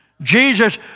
Jesus